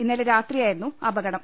ഇന്നലെ രാത്രിയായിരുന്നു അപകടം